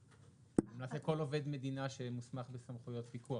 למעשה כל עובד מדינה שמוסמך בסמכויות פיקוח,